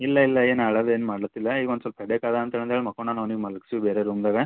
ಇಲ್ಲ ಇಲ್ಲ ಏನು ಅಳೋದೇನು ಮಾಡಲತ್ತಿಲ್ಲ ಈಗ ಒಂದು ಸ್ವಲ್ಪ ಹೆಡ್ಡೇಕ್ ಅದ ಅಂತೇಳಿ ಮಲ್ಕೊಂಡಾನ ಅವ್ನಿಗೆ ಮಲ್ಗ್ಸೀವಿ ಬೇರೆ ರೂಮ್ದಾಗ